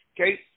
Okay